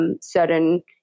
Certain